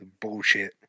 bullshit